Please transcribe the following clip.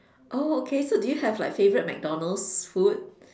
oh okay so do you have like favourite McDonalds food